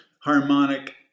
harmonic